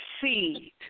seed